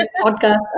podcast